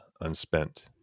unspent